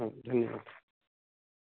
हां धन्यवाद